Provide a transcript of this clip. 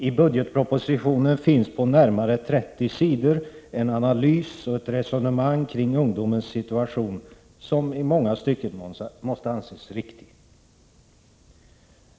I budgetpropositionen finns på närmare 30 sidor en analys och ett resonemang kring ungdomens situation, en analys som i många stycken måste anses riktig.